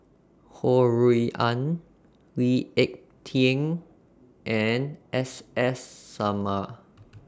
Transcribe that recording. Ho Rui An Lee Ek Tieng and S S Sarma